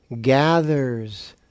gathers